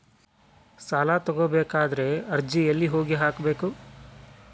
ಸಾಲ ತಗೋಬೇಕಾದ್ರೆ ಅರ್ಜಿ ಎಲ್ಲಿ ಹೋಗಿ ಹಾಕಬೇಕು?